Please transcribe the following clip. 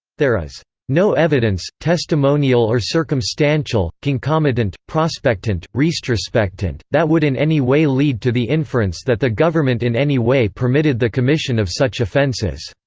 there is no evidence, testimonial or circumstantial, concomitant, prospectant, restrospectant, that would in any way lead to the inference inference that the government in any way permitted the commission of such offenses,